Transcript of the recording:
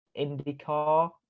IndyCar